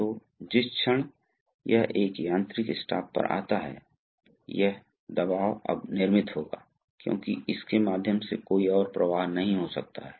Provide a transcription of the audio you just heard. और किस दबाव में यह पॉपेट हिलना शुरू हो जाएगा और लाइन को नाली में खोल देगा जो कि स्प्रिंग और इस पर निर्भर करता है और इस दबाव को पेंच को कस कर समायोजित किया जा सकता है